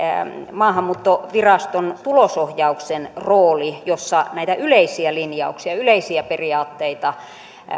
maahanmuuttoviraston tulosohjauksen rooli jossa näitä yleisiä linjauksia yleisiä periaatteita